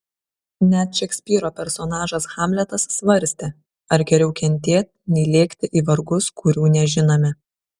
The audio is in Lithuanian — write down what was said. net šekspyro personažas hamletas svarstė ar geriau kentėt nei lėkti į vargus kurių nežinome